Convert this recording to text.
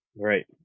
right